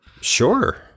Sure